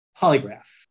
polygraph